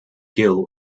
gill